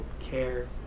care